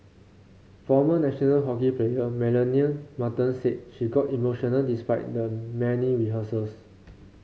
former national hockey player Melanie Martens said she got emotional despite the many rehearsals